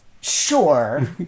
Sure